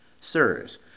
Sirs